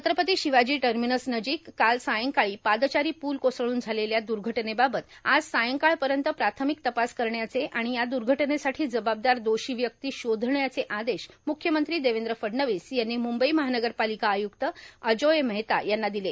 छत्रपती शिवाजी टर्मिनसनजिक काल सायंकाळी पादचारी पूल कोसळून झालेल्या द्र्घटनेबाबत आज सायंकाळपर्यंत प्राथमिक तपास करण्याचे आणि या द्र्घटनेसाठी जबाबदार दोषी व्यक्ती शोधण्याचे आदेश मुख्यमंत्री देवेंद्र फडणवीस यांनी मुंबई महानगरपालिका आयुक्त अजोय मेहता यांना दिले